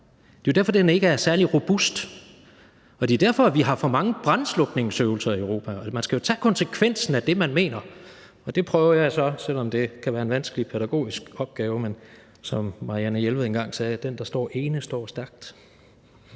Det er jo derfor, den ikke er særlig robust, og det er derfor, vi har for mange brandslukningsøvelser i Europa. Man skal jo tage konsekvensen af det, man mener, og det prøver jeg så, selv om det kan være en vanskelig pædagogisk opgave – som Marianne Jelved engang sagde: Den, der står ene, står stærkt.